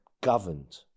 governed